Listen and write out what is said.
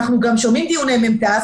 אנחנו גם שומעים דיוני מ"ת,